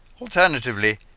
Alternatively